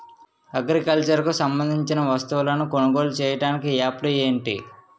Agriculture కు సంబందించిన వస్తువులను కొనుగోలు చేయటానికి యాప్లు ఏంటి?